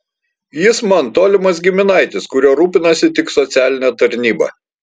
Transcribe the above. jis man tolimas giminaitis kuriuo rūpinasi tik socialinė tarnyba